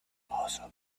also